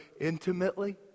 intimately